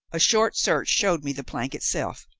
a short search showed me the plank itself,